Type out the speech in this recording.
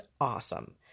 awesome